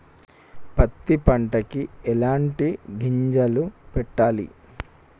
పత్తి పంటకి ఎలాంటి గింజలు పెట్టాలి?